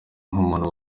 nk’umuntu